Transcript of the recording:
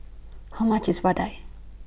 How much IS Vadai